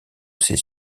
ces